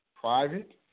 Private